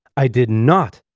i did not!